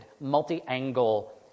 multi-angle